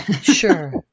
Sure